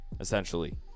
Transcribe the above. essentially